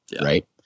right